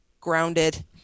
grounded